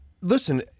listen